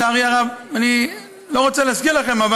אני לא רוצה להזכיר לכם,